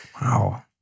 Wow